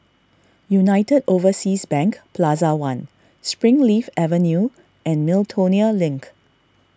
United Overseas Bank Plaza one Springleaf Avenue and Miltonia Link